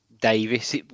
Davis